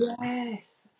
yes